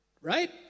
Right